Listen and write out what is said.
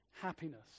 happiness